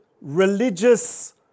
religious